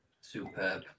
Superb